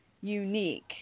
unique